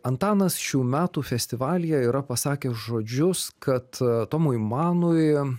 antanas šių metų festivalyje yra pasakęs žodžius kad tomui manui